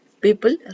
people